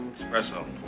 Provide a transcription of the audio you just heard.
espresso